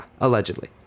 Allegedly